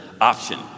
option